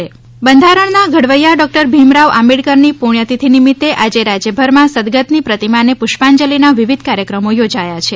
આંબેડકર બંધારણના ઘડવૈયા ડૉકટર ભીમરાવ આંબેડકરની પુસ્યતિથી નિમિતે આજે રાજયભરમાં સદગતની પ્રતિમાને પુષ્પાંજલિના વિવિધ કાર્યક્રમો યોજાયા છે